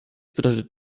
bedeutet